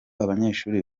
abanyeshuri